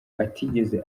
atigeze